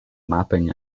mapping